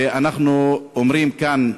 ואנחנו אומרים כאן,